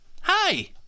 Hi